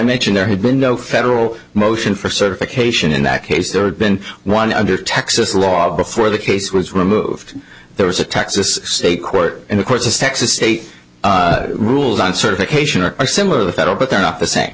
mentioned there had been no federal motion for certification in that case there's been one under texas law before the case was removed there was a texas state court and of course the texas state rules on certification are similar the federal but they're not the